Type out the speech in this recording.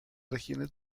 regiones